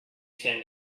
send